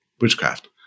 witchcraft